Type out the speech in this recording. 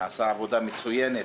שעשה עבודה מצוינת